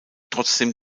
trotzdem